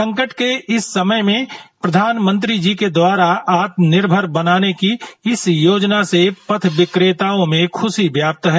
संकट के समय में प्रधानमंत्री जी के द्वारा आत्मनिर्भर बनाने कि इस योजना से पथ विक्रेताओ में खुशी व्याप्त है